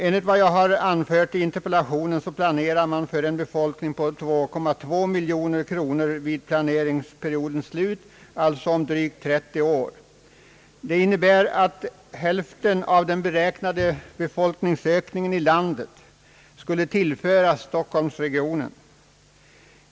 Enligt vad jag har anfört i interpellationen planerar man för en befolkning på 2,2 miljoner personer vid planeringsperiodens slut, alltså om drygt 30 år. Det innebär att hälften av den beräknade befolkningsökningen i landet skulle tillföras stockholmsregionen.